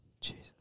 Jesus